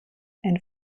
ein